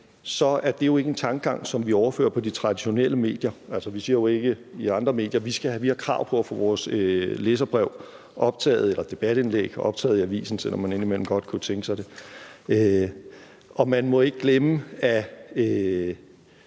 år, er det jo ikke en tankegang, som vi overfører på de traditionelle medier. Altså, vi siger jo ikke om andre medier, at vi har krav på at få vores læserbrev eller debatindlæg optaget i avisen, selv om man indimellem godt kunne tænke sig det. Man må ikke glemme, at